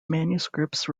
manuscripts